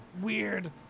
weird